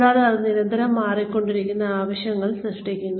കൂടാതെ അത് നിരന്തരം മാറിക്കൊണ്ടിരിക്കുന്ന ആവശ്യങ്ങൾ സൃഷ്ടിക്കുന്നു